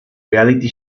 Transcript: reality